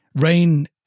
rain